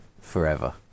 forever